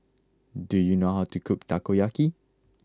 do you know how to cook Takoyaki